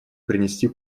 принести